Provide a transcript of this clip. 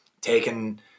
taken